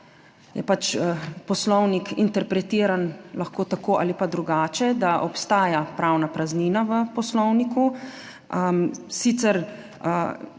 je Poslovnik interpretiran lahko tako ali pa drugače, da obstaja pravna praznina v Poslovniku. Sicer